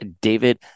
David